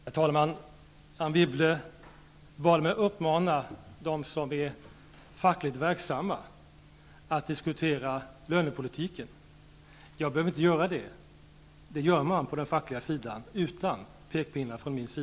Herr talman! Anne Wibble bad mig uppmana dem som är fackligt verksamma att diskutera lönepolitiken. Jag behöver inte göra det. Det gör man på den fackliga sidan utan pekpinnar från mig.